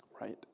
right